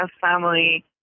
family